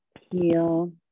Heal